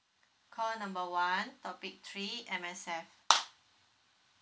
call number one topic three M_S_F